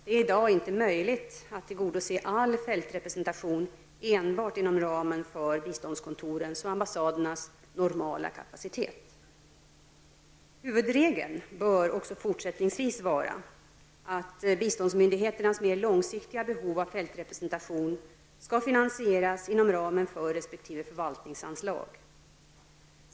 Det är i dag inte möjligt att tillgodose all fältrepresentation enbart inom ramen för biståndskontorens och ambassadernas normala kapacitet. Huvudregeln bör också fortsättningsvis vara att biståndsmyndigheternas mer långsiktiga behov av fältrepresentation skall finansieras inom ramen för resp. förvaltningsanslag.